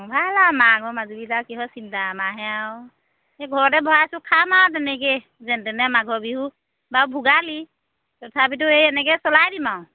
ভাল আৰু মাঘৰ মাজুলিত আৰু কিহৰ চিন্তা আমাৰহে আৰু সেই ঘৰতে ভৰাইছোঁ খাম আৰু তেনেকেই যেনে তেনে মাঘৰ বিহু বাৰু ভোগালি তথাপিতো এই এনেকৈ চলাই দিম আৰু